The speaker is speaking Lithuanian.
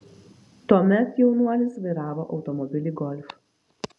tuomet jaunuolis vairavo automobilį golf